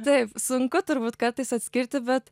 taip sunku turbūt kartais atskirti bet